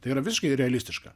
tai yra visiškai realistiška